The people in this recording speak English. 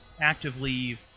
actively